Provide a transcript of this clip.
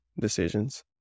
decisions